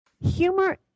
Humor